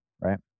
right